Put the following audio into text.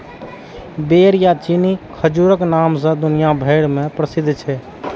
बेर या चीनी खजूरक नाम सं दुनिया भरि मे प्रसिद्ध छै